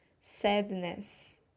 sadness